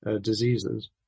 diseases